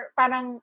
parang